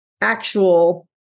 actual